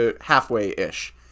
Halfway-ish